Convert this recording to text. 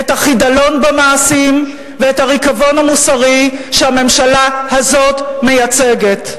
את החידלון במעשים ואת הריקבון המוסרי שהממשלה הזאת מייצגת.